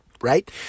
right